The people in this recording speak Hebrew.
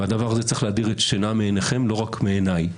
והדבר הזה צריך להדיר שינה מעיניכם, לא רק מעיניי.